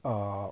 err